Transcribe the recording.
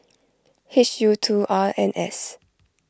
H U two R N S